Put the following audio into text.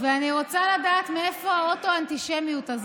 אני רוצה לדעת מאיפה האוטו-אנטישמיות הזאת.